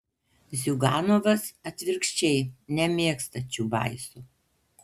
ziuganovas atvirkščiai nemėgsta čiubaiso